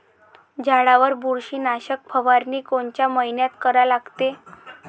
झाडावर बुरशीनाशक फवारनी कोनच्या मइन्यात करा लागते?